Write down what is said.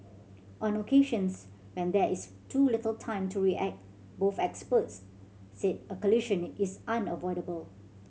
on occasions when there is too little time to react both experts said a collision is unavoidable